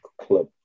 club